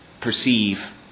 perceive